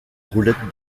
roulette